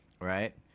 right